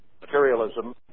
materialism